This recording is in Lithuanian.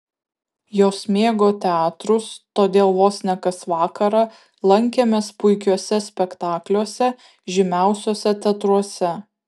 jos mėgo teatrus todėl vos ne kas vakarą lankėmės puikiuose spektakliuose žymiausiuose teatruose